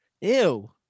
Ew